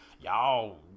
y'all